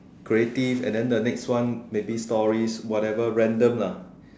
creative and then the next one maybe stories whatever random lah